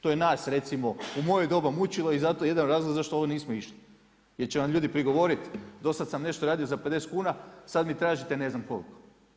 To je nas recimo, u moje doba mučilo i zato jedan od razloga zašto u ovo nismo išli jer će vam ljudi prigovoriti, do sad sam nešto radio za 50 kuna, sad mi tražite ne znam koliko.